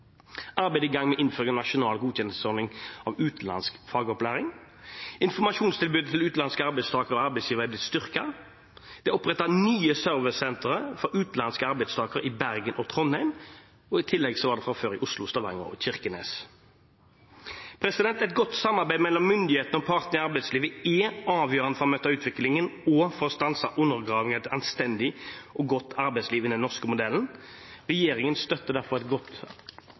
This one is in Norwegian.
Arbeidet er i gang med innføring av nasjonal godkjenningsordning av utenlandsk fagopplæring, og informasjonstilbudet til utenlandske arbeidstakere og arbeidsgivere er blitt styrket. Det er opprettet nye servicesentre for utenlandske arbeidstakere i Bergen og Trondheim. I tillegg har vi det fra før i Oslo, Stavanger og Kirkenes. Et godt samarbeid mellom myndighetene og partene i arbeidslivet er avgjørende for å møte utviklingen og for å stanse undergravingen av et anstendig og godt arbeidsliv innenfor den norske modellen. Regjeringen støtter derfor et godt